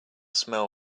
smell